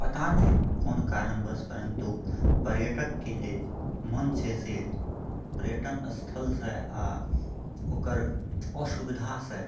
पता नहि कोन कारणवश परन्तु पर्यटकके जे मन छै से पर्यटन स्थलसँ आ ओकर असुविधासँ